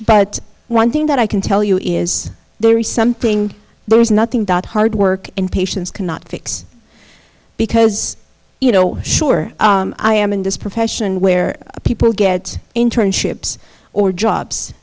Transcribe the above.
but one thing that i can tell you is there is something there is nothing that hard work and patience cannot fix because you know sure i am in this profession where people get internships or jobs